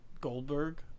goldberg